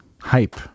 hype